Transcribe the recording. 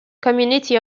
community